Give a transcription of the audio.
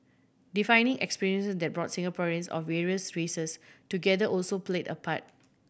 defining experiences that brought Singaporeans of various races together also played a part